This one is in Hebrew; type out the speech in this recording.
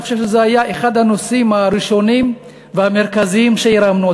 אני חושב שזה היה אחד הנושאים הראשונים והמרכזיים שהרמנו,